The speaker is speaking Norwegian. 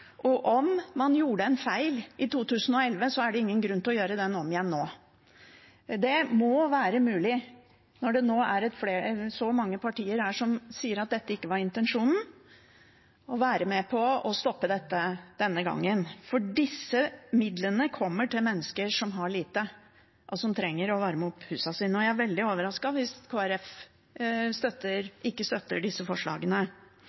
og om man gjorde en feil i 2011, er det ingen grunn til å gjøre den om igjen nå. Det må være mulig – når det er så mange partier her som sier at dette ikke var intensjonen – å være med på å stoppe dette denne gangen. Disse midlene går til mennesker som har lite, og som trenger å varme opp husene sine. Jeg blir veldig overrasket hvis Kristelig Folkeparti ikke støtter disse forslagene.